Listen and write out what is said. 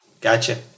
Gotcha